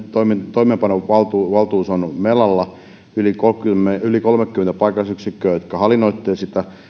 toimeenpanovaltuus on melalla ja on yli kolmekymmentä paikallisyksikköä jotka hallinnoivat sitä sitten